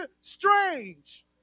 strange